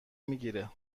میگیره